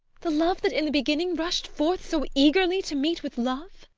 the love that in the beginning rushed forth so eagerly to meet with love!